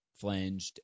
flanged